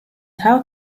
how